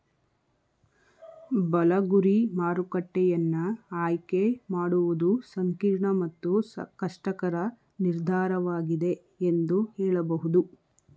ಬಲ ಗುರಿ ಮಾರುಕಟ್ಟೆಯನ್ನ ಆಯ್ಕೆ ಮಾಡುವುದು ಸಂಕೀರ್ಣ ಮತ್ತು ಕಷ್ಟಕರ ನಿರ್ಧಾರವಾಗಿದೆ ಎಂದು ಹೇಳಬಹುದು